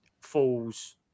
falls